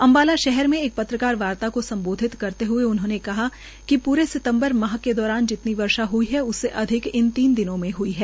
अम्बाला शहर मे एक पत्रकारवार्ता को सम्बोधित करते हुए उन्होंने बतायाकि प्रे सितम्बर माह के दौरान जितनी वर्षा ह्ई उससे अधिक वर्षा इन तीन दिनों में हई है